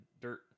dirt